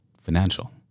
financial